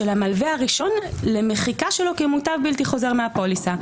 המלווה הראשון למחיקה שלו כמוטב בלתי חוזר מהפוליסה.